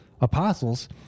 apostles